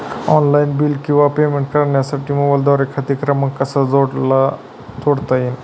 Online bill किंवा payment करण्यासाठी मोबाईलद्वारे खाते क्रमांक कसा जोडता येईल?